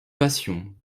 passion